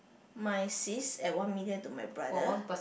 my sis and one million to my brother